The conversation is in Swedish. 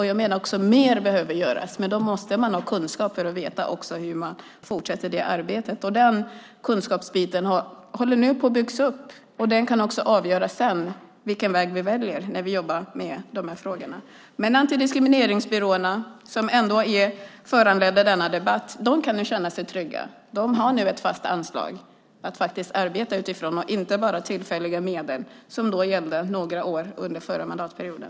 Jag menar också att mer behöver göras, men då måste man ha kunskap för att veta hur man fortsätter det arbetet. Den kunskapen håller nu på att byggas upp. Den kan också avgöra vilken väg vi sedan väljer när vi jobbar med de här frågorna. Antidiskrimineringsbyråerna, som föranleder denna debatt, kan känna sig trygga. De har nu ett fast anslag att arbeta utifrån i stället för tillfälliga medel som gällde några år under den förra mandatperioden.